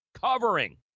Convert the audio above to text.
covering